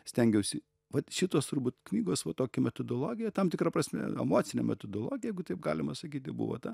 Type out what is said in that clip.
stengiausi vat šitos turbūt knygos va tokia metodologija tam tikra prasme emocinė metodologija jeigu taip galima sakyti buvo ta